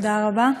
תודה רבה.